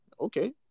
Okay